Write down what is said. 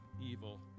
evil